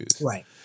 Right